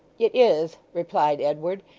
it is replied edward,